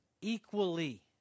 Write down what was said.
equally